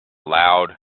loud